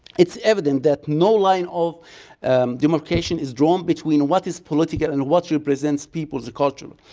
it's evident that no line of demarcation is drawn between what is political and what should present people's culture,